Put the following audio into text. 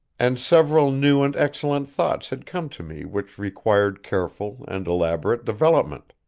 and several new and excellent thoughts had come to me which required careful and elaborate development.